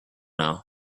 know